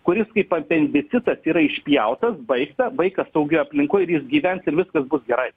kuris kaip apendicitas yra išpjautas baigta vaikas saugioj aplinkoj ir jis gyvens ir viskas bus gerai